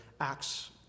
acts